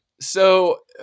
so-